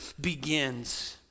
begins